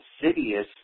insidious